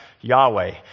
Yahweh